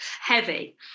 heavy